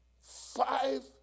Five